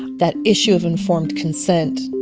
that issue of informed consent